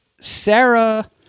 Sarah